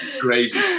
crazy